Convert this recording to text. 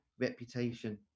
reputation